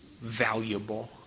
valuable